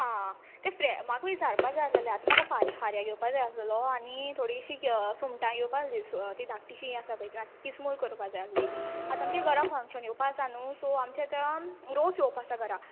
आं आं तें म्हाका विचारपा जाय आसलोले म्हाका आतां खाऱ्या घेवपाक जाय आसलोलो आनी थोडीशीं सुंगटां घेवपा जाय आसलीं तीं धाकटी शीं आसा पळय तीं किसमूर कोरपाक जाय आसली आतां आमच्या घरा फंक्शन येवपा आहा न्हू सो आमचे आतां रोस येवपा आसा घोरा